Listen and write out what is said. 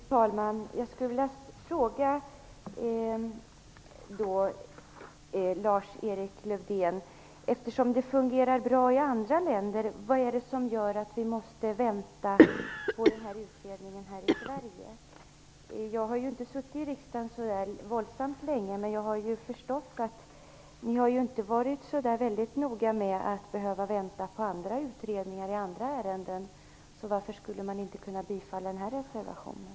Fru talman! Jag skulle vilja fråga Lars-Erik Lövdén: Vad är det som gör att vi måste vänta på den här utredningen i Sverige, när det fungerar bra i andra länder? Jag har inte suttit i riksdagen så länge, men jag har förstått att ni här inte har varit så noga med att vänta på utredningar i andra ärenden. Varför skulle man då inte kunna bifalla den här reservationen?